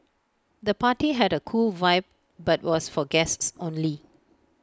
the party had A cool vibe but was for guests only